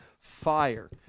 fire